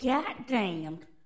Goddamned